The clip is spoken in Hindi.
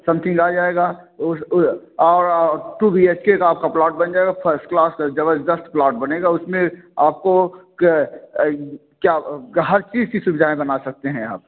समथिंग आ जाएगा और टू बी एच के का आपका प्लॉट बन जाएगा फस्ट क्लास ज़बरदस्त प्लॉट बनेगा उसमें आपको क्या हर चीज़ कि सुविधा बना सकते हैं आप